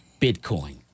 Bitcoin